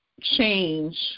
change